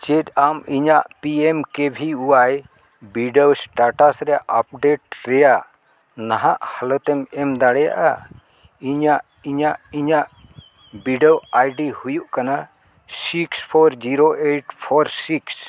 ᱪᱮᱫ ᱟᱢ ᱤᱧᱟᱹᱜ ᱯᱤ ᱮᱢ ᱠᱮ ᱵᱷᱤ ᱚᱣᱟᱭ ᱮᱥᱴᱮᱴᱟᱥ ᱨᱮᱭᱟᱜ ᱟᱯᱰᱮᱴ ᱨᱮᱭᱟᱜ ᱱᱟᱦᱟᱜ ᱦᱟᱞᱚᱛᱮᱢ ᱮᱢ ᱫᱟᱲᱮᱭᱟᱜᱼᱟ ᱤᱧᱟᱹᱜ ᱤᱧᱟᱹᱜ ᱤᱧᱟᱹᱜ ᱵᱤᱰᱟᱹᱣ ᱟᱭᱰᱤ ᱦᱩᱭᱩᱜ ᱠᱟᱱᱟ six four zero eight four six